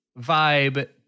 vibe